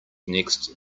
next